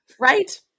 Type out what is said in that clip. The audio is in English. Right